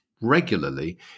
regularly